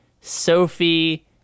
Sophie